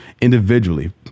individually